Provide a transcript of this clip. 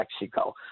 Mexico